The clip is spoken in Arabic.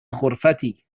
غرفتي